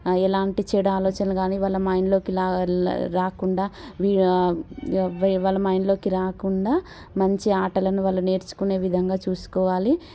ఎలాంటి చెడు ఆలోచనలు కానీ వాళ్ళ మైండ్లోకి రాకుండా వాళ్ళ మైండ్లోకి రాకుండా మంచి ఆటలను వాళ్ళు నేర్చుకునే విధంగా చూసుకోవాలి